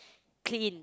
clean